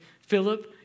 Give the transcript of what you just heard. Philip